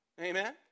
Amen